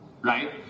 Right